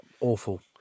awful